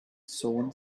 sown